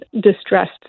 distressed